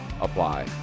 apply